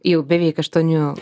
jau beveik aštuonių